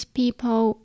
people